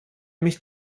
mich